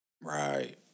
Right